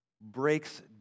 breaks